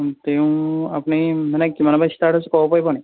তেও আপুনি মানে কিমানৰ পৰা ষ্টাৰ্ট হৈছে ক'ব পাৰিবনি